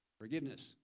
Forgiveness